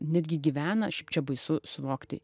netgi gyvena šiaip čia baisu suvokti